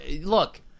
look